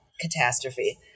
catastrophe